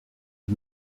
wir